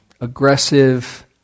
aggressive